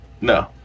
no